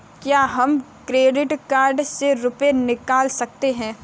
क्या हम credit card से रुपये निकाल सकते हैं?